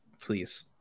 please